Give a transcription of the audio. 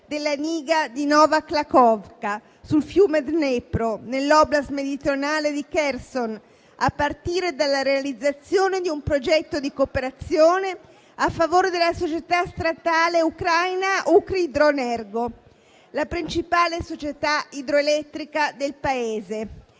della diga Nova Kakhovka sul fiume Dnipro nell'oblast meridionale di Kherson, a partire dalla realizzazione di un progetto di cooperazione a favore della società statale ucraina Ukrhydroenergo, la principale società idroelettrica del Paese.